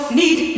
need